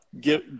give